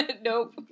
nope